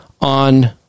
on